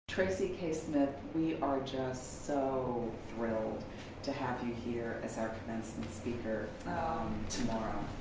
tracy k smith, we are just so thrilled to have you here as our commencement speaker. tomorrow.